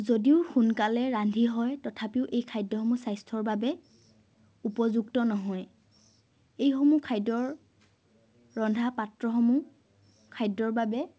যদিও সোনকালে ৰান্ধি হয় তথাপিও এই খাদ্যসমূহ স্বাস্থ্যৰ বাবে উপযুক্ত নহয় এইসমূহ খাদ্যৰ ৰন্ধা পাত্ৰসমূহ খাদ্যৰ বাবে